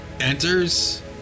enters